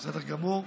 בסדר גמור.